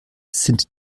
sind